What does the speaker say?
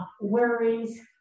worries